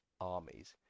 armies